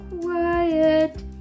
quiet